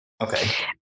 Okay